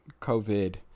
COVID